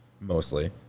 mostly